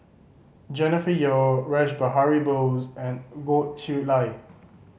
Jennifer Yeo Rash Behari Bose and Goh Chiew Lye